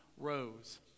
rose